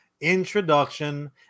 introduction